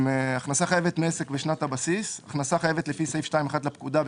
""הכנסה חייבת מעסק בשנת הבסיס" הכנסה חייבת לפי סעיף 2(1) לפקודה,